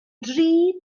dri